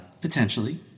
Potentially